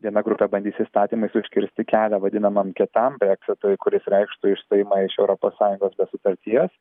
viena grupė bandys įstatymais užkirsti kelią vadinamam kietaj breksitui kuris reikštų išstojimą iš europos sąjungos sutarties